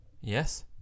Yes